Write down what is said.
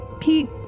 Pete